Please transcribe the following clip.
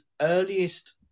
earliest